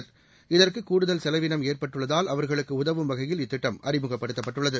நெய் இதற்குகூடுதல் செலவினம் ஏற்பட்டுள்ளதால் அவர்களுக்குஉதவும் வகையில் திட்ட்மஅறிமுகப்படுத்தப்பட்டுள்ளது